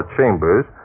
Chambers